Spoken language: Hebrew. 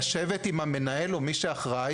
לשבת עם המנהל או עם מי שאחראי,